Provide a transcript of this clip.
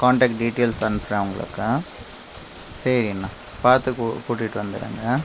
contact details அனுப்புகிறேன் உங்களுக்கு சரிண்ணா பார்த்து கூட்டிகிட்டு வந்துடுங்க